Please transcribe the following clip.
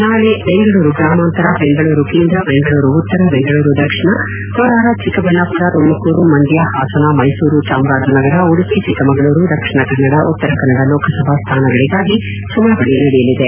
ನಾಳೆ ಬೆಂಗಳೂರು ಗ್ರಾಮಾಂತರ ಬೆಂಗಳೂರು ಕೇಂದ್ರ ಬೆಂಗಳೂರು ಉತ್ತರ ಬೆಂಗಳೂರು ದಕ್ಷಿಣ ಕೋಲಾರ ಚಿಕ್ಕಬಳ್ಳಾಪುರ ತುಮಕೂರು ಮಂಡ್ಯ ಹಾಸನ ಮೈಸೂರು ಚಾಮರಾಜನಗರ ಉಡುಪಿ ಚಿಕ್ಕಮಗಳೂರು ದಕ್ಷಿಣ ಕನ್ನಡ ಉತ್ತರ ಕನ್ನಡ ಲೋಕಸಭಾ ಸ್ಥಾನಗಳಗಾಗಿ ಚುನಾವಣೆ ನಡೆಯಲಿದೆ